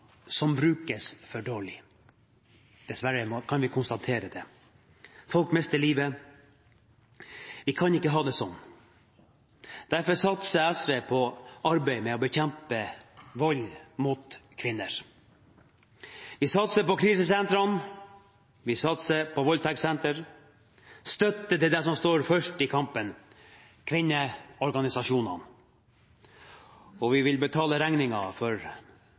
som brukes for dårlig. Dessverre kan vi konstatere det. Folk mister livet. Vi kan ikke ha det sånn. Derfor satser SV på arbeid med å bekjempe vold mot kvinner. Vi satser på krisesentrene. Vi satser på voldtektssenter. Vi gir støtte til dem som står først i kampen, kvinneorganisasjonene, og vi vil betale regningen for